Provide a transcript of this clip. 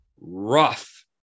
rough